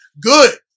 good